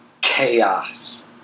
Chaos